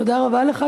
תודה רבה לך.